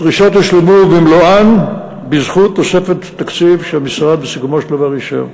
הדרישות הושלמו במלואן בזכות תוספת תקציב שהמשרד בסיכומו של דבר אישר.